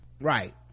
right